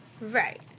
Right